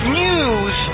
news